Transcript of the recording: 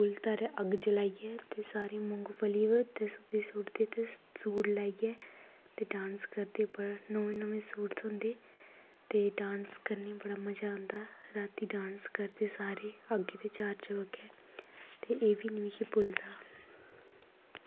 अस इक गोलतारै अग्ग जलाईयै ते सारे मुंगफली सुटदे ते सूट लाईयै ते डांस करदे ते नमें नमें सूट थ्होंदे ते डांस करनेंं गी बड़ा मज़ा आंदा रातीं डांस करदे अग्गी दै चार चबक्खै ते एह् नी मिगी भुलदा